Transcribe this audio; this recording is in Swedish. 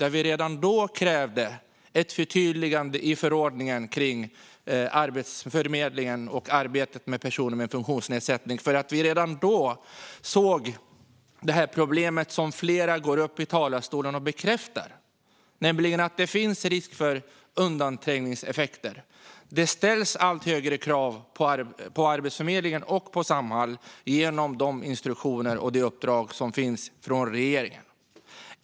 Vi krävde redan då ett förtydligande i förordningen för Arbetsförmedlingens arbete med personer med funktionsnedsättning därför att vi redan då såg problemet som flera nu går upp i talarstolen och bekräftar, nämligen att det finns risk för undanträngningseffekter. Det ställs allt högre krav på Arbetsförmedlingen och på Samhall genom de instruktioner och det uppdrag som finns från regeringen.